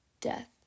Death